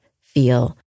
feel